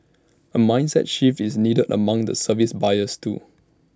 A mindset shift is needed among the service buyers too